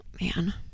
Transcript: man